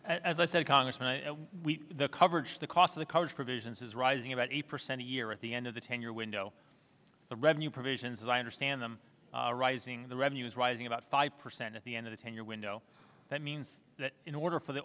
congressman we the coverage the cost of the college provisions is rising about eight percent a year at the end of the ten year window the revenue provisions as i understand them are rising the revenues rising about five percent at the end of the ten year window that means that in order for the